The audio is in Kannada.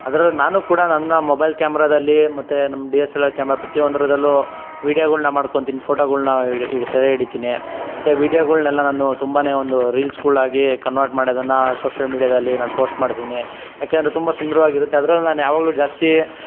ಅದ್ರಲ್ಲಿ ನಾನೂ ಕೂಡ ನನ್ನ ಮೊಬೈಲ್ ಕ್ಯಾಮ್ರಾದಲ್ಲಿ ಮತ್ತು ನಮ್ D S L R camera ಪ್ರತಿಯೊಂದ್ರಲ್ಲೂ ವೀಡ್ಯೊಗಳ್ನ ಮಾಡ್ಕೊಂತೀನಿ ಫೋಟೋಗಳ್ನ ಸೆರೆ ಹಿಡಿತೀನಿ ಮತ್ತೆ ವೀಡ್ಯೊಗಳ್ನೆಲ್ಲ ನಾನು ತುಂಬಾ ಒಂದು ರೀಲ್ಸ್ಗಳಾಗಿ ಕನ್ವರ್ಟ್ ಮಾಡೋದನ್ನು ಸೋಷ್ಯಲ್ ಮೀಡ್ಯಾದಲ್ಲಿ ನಾನು ಪೋಸ್ಟ್ ಮಾಡ್ತೀನಿ ಯಾಕೆಂದರೆ ತುಂಬ ಸುಂದರವಾಗಿರುತ್ತೆ ಅದ್ರಲ್ಲಿ ನಾನು ಯಾವಾಗಲೂ ಜಾಸ್ತಿ